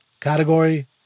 Category